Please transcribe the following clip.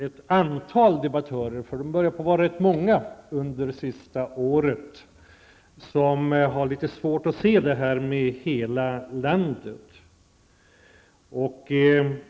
Ett antal debattörer -- och nu, under det senaste året, börjar de bli rätt många -- har litet svårt med detta med att se till hela landet.